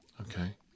okay